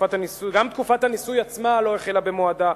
גם תקופת הניסוי עצמה לא החלה במועדה,